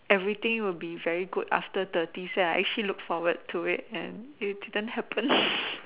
everything would be very good after thirties and I actually look forward to it and it didn't happen